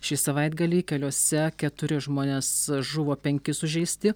šį savaitgalį keliuose keturi žmonės žuvo penki sužeisti